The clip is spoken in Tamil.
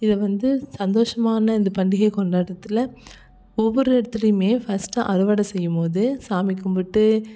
இதை வந்து சந்தோஷமான இந்த பண்டிகையை கொண்டாடுறத்துல ஒவ்வொரு இடத்துலையுமே ஃபஸ்ட்டு அறுவடை செய்யும்போது சாமி கும்பிட்டு